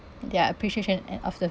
their appreciation and of the